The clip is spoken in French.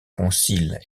conciles